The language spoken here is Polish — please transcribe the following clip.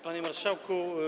Panie Marszałku!